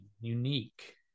unique